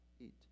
eat